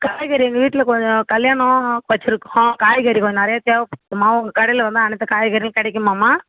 காய்கறி எங்கள் வீட்டில் கொஞ்சம் கல்யாணம் வச்சுருக்கோம் காய்கறி கொஞ்சம் நிறையா தேவைப்படுதும்மா உங்கள் கடையில் வந்து அனைத்து காய்கறியும் கிடைக்குமாம்மா